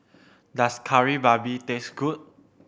does Kari Babi taste good